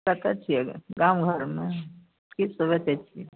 कतऽ छियै गाम घरमे की सब बेचै छियै